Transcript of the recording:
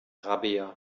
rabea